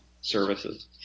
services